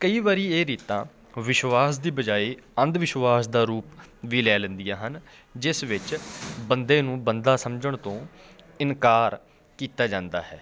ਕਈ ਵਾਰੀ ਇਹ ਰੀਤਾਂ ਵਿਸ਼ਵਾਸ ਦੀ ਬਜਾਏ ਅੰਧ ਵਿਸ਼ਵਾਸ ਦਾ ਰੂਪ ਵੀ ਲੈ ਲੈਂਦੀਆਂ ਹਨ ਜਿਸ ਵਿੱਚ ਬੰਦੇ ਨੂੰ ਬੰਦਾ ਸਮਝਣ ਤੋਂ ਇਨਕਾਰ ਕੀਤਾ ਜਾਂਦਾ ਹੈ